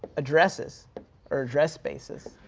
addresses or address spaces.